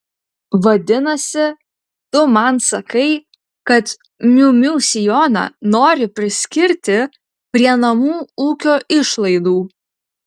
vadinasi tu man sakai kad miu miu sijoną nori priskirti prie namų ūkio išlaidų